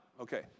Okay